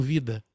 Vida